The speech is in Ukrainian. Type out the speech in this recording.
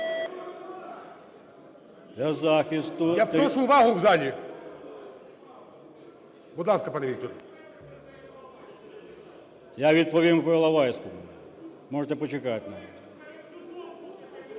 Я відповім по Іловайську, можете почекати.